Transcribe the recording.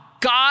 God